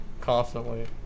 constantly